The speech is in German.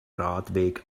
radweg